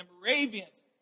Moravians